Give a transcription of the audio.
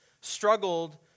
struggled